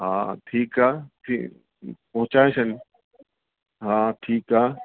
हा ठीकु आहे जी पहुचाए छॾींदो हा ठीकु आहे